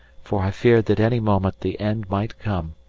for i feared that any moment the end might come,